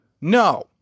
No